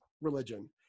religion